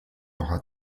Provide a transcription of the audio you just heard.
aura